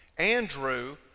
Andrew